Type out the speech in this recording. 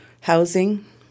housing